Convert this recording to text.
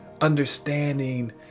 understanding